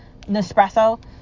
Nespresso